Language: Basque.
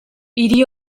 hiri